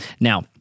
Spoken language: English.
Now